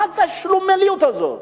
מה זה השלומיאליות הזאת